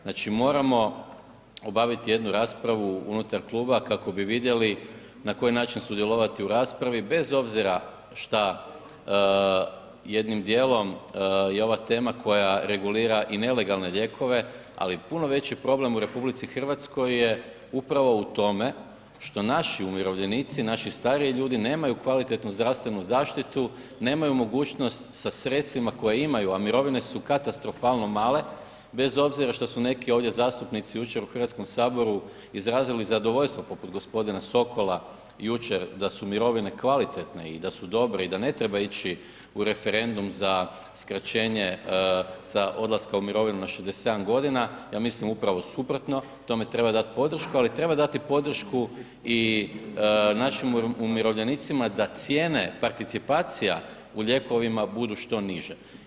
Znači moramo obaviti jednu raspravu unutar kluba kako bi vidjeli na koji način sudjelovati u raspravi bez obzira šta jednim dijelom i ova tema koja regulira i nelegalne lijekove ali puno veći problem u RH je upravo u tome što naši umirovljenici, naši stariji ljudi nemaju kvalitetnu zdravstvenu zaštitu, nemaju mogućnost sa sredstvima koja imaju a mirovine su katastrofalno male bez obzira što su neki ovdje zastupnici jučer u Hrvatskom saboru izrazili zadovoljstvo poput gospodina Sokola jučer da su mirovine kvalitetne i da su dobre i da ne treba ići u referendum za skraćenje ... odlaska u mirovinu na 67 godina, ja mislim upravo suprotno, tome treba dati podršku ali treba dati podršku i našim umirovljenicima da cijene participacija u lijekovima budu što niže.